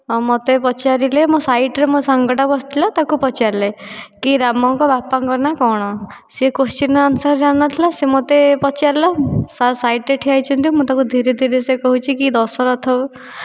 ଆଉ ମୋତେ ପଚାରିଲେ ମୋ ସାଇଟ୍ ରେ ମୋ ସାଙ୍ଗଟା ବସିଥିଲା ତାକୁ ପଚାରିଲେ କି ରାମଙ୍କ ବାପାଙ୍କ ନାଁ କ'ଣ ସେ କୋଶ୍ଚିନ ଆନସର୍ ଜାଣିନଥିଲା ସେ ମୋତେ ପଚାରିଲା ସାର୍ ସାଇଟ୍ ରେ ଠିଆ ହୋଇଛନ୍ତି ମୁଁ ତାକୁ ଧୀରେ ଧୀରେ ସେ କହୁଛି କି ଦଶରଥ